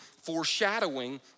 foreshadowing